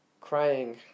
crying